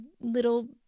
little